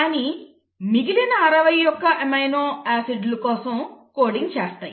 కానీ మిగిలిన 61 అమైనో ఆమ్లం కోసం కోడింగ్ చేస్తాయి